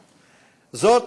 זאת,